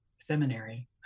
seminary